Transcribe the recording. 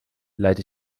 leite